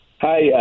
Hi